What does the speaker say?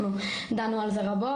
אנחנו דנו על זה רבות.